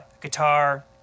guitar